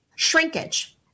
Shrinkage